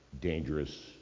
dangerous